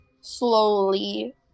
slowly